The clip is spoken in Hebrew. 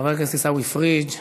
חבר הכנסת עיסאווי פריג',